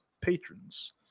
patrons